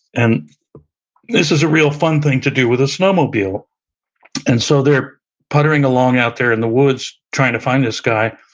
and this is a real fun thing to do with a snowmobile and so they're puttering along out there in the woods trying to find this guy,